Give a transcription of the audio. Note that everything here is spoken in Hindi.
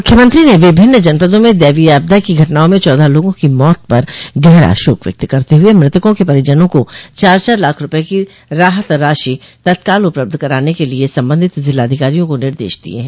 मुख्यमंत्री ने विभिन्न जनपदों में दैवीय आपदा की घटनाओं में चौदह लोगों की मौत पर गहरा शोक व्यक्त करते हुए मृतकों के परिजनों को चार चार लाख रूपये की राहत राशि तत्काल उपलब्ध कराने के लिए संबंधित जिलाधिकारियों को निर्देश दिये हैं